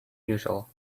usual